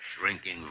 Shrinking